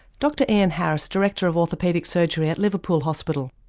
dr ian harris, director of orthopaedic surgery at liverpool hospital.